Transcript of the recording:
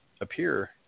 appear